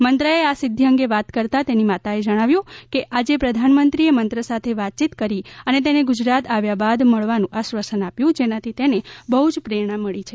મંત્રએ આ સિદ્ધિ અંગે વાત કરતાં તેની માતાએ જણાવ્યું હતું કે આજે પ્રધાનમંત્રીએ મંત્ર સાથે વાતયીત કરી અને તેને ગુજરાત આવ્યા બાદ મળવાનું આશ્વાસન આપ્યું જેનાથી તેને બહુ જ પ્રેરણા મળી છે